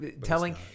telling